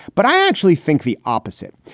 but i actually think the opposite.